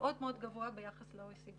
מאוד מאוד גבוה ביחס ל-OECD,